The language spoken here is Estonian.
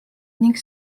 ning